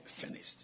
finished